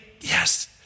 yes